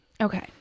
Okay